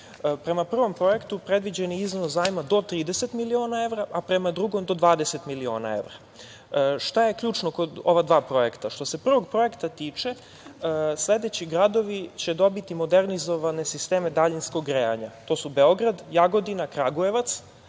Prema prvom projektu predviđen je iznos zajma do 30 miliona evra, a prema drugom do 20 miliona evra. Šta je ključno kod ova dva projekta? Što se prvog projekta tiče sledeći gradovi će dobiti modernizovane sisteme daljinskog grejanja. To su Beograd, Jagodina, Kragujevac,